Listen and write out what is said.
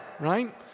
right